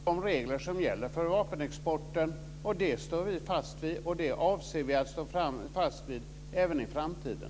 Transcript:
Fru talman! Vi har deltagit i besluten rörande de regler som gäller för vapenexporten. Det står vi fast vid, och det avser vi att stå fast vid även i framtiden.